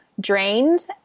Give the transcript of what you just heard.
drained